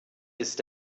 ist